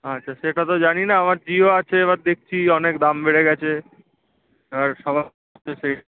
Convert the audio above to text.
আচ্ছা সেটা তো জানি না আমার জিও আছে এবার দেখছি অনেক দাম বেড়ে গেছে এবার সব তো সে